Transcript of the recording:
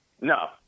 No